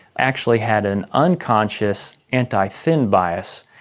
actually had an unconscious anti-thin bias,